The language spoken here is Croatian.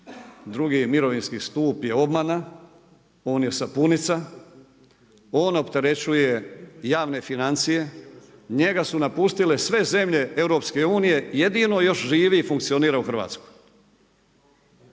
Drugi mirovinski stup je obmana, on je sapunica, on opterećuje javne financije, njega su napustile sve zemlje EU-a, jedino još živi i funkcionira u Hrvatskoj.